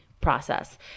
process